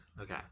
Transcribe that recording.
Okay